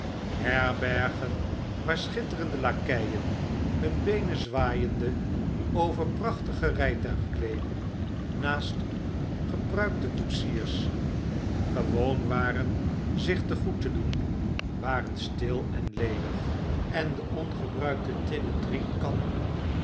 herbergen waar schitterende lakeienhunbeenenzwaaiende over prachtige rijtuigkleeden naast gepruikte koetsiers gewoon waren zich te goed te doen waren stil en ledig en de ongebruikte tinnen drinkkannen